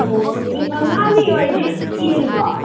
ꯑꯣ ꯅꯨꯃꯤꯠ ꯃꯉꯥꯅꯤ ꯑꯣꯏꯔꯗꯤ ꯀꯦꯜꯂꯤꯗꯣ